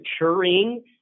maturing